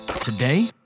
Today